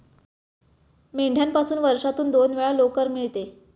मेंढ्यापासून वर्षातून दोन वेळा लोकर मिळते